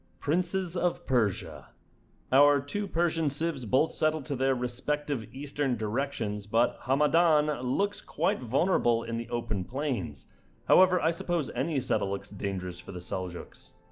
princes of persia our persian sibs both settled to their respective eastern directions but hamadan looks quite vulnerable in the open plains however i suppose any settle looks dangerous for the sell jokes